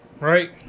right